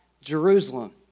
Jerusalem